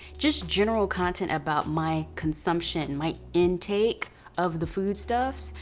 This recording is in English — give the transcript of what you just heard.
just general content about my consumption, my intake of the food stuffs.